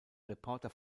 reporter